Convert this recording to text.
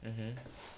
mmhmm